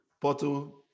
Porto